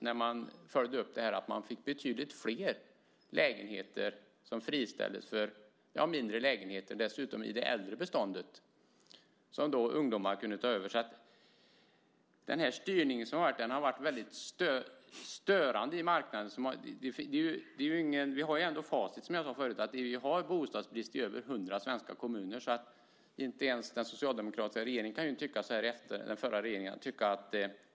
När man följde upp detta såg man att resultatet blev att betydligt fler mindre lägenheter i det äldre beståndet friställdes som ungdomar kunde ta över. Den här styrningen har varit väldigt störande för marknaden. Nu har vi ändå facit, som jag sade förut. Vi har bostadsbrist i över 100 svenska kommuner. Inte ens den förra socialdemokratiska regeringen kan ju tycka att det var en bra politik.